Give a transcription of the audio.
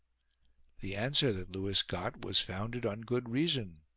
the answer that lewis got was founded on good reason